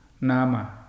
nama